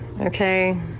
okay